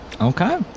Okay